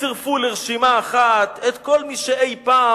וצירפו לרשימה אחת את כל מי שאי-פעם,